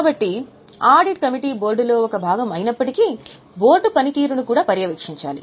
కాబట్టి audit committee బోర్డులో ఒక భాగం అయినప్పటికీ బోర్డు పనితీరును కూడా పర్యవేక్షించాలి